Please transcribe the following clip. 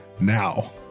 now